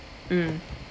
mm